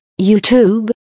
YouTube